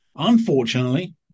Unfortunately